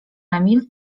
emil